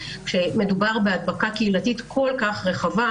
כשמדובר בהדבקה קהילתית כל כך רחבה,